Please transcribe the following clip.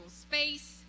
space